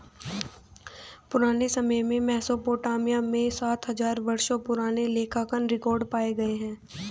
पुराने समय में मेसोपोटामिया में सात हजार वर्षों पुराने लेखांकन रिकॉर्ड पाए गए हैं